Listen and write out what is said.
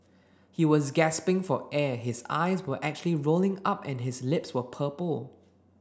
he was gasping for air his eyes were actually rolling up and his lips were purple